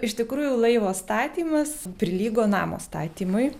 iš tikrųjų laivo statymas prilygo namo statymui